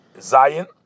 Zion